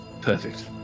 Perfect